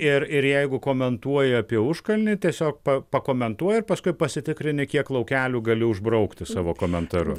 ir ir jeigu komentuoja apie užkalnį tiesiog pa pakomentuoji ir paskui pasitikrini kiek laukelių gali užbraukti savo komentaru